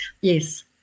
Yes